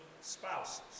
spouses